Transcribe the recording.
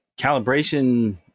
calibration